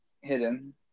hidden